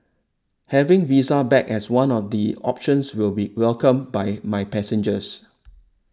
having visa back as one of the options will be welcomed by my passengers